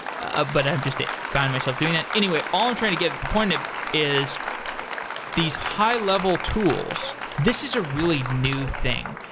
ah but i just find myself doing that. anyway, all i'm trying to get to the point of is these high-level tools, this is a really new thing.